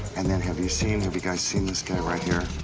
and then, have you seen, have you guys seen this guy right here,